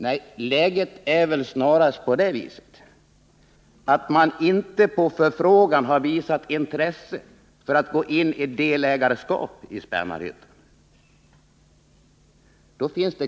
Nej, läget är väl snarast det, att man inte på förfrågan visat intresse för att gå in som delägare i Spännarhyttan.